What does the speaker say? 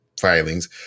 filings